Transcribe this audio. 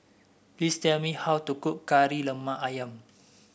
please tell me how to cook Kari Lemak ayam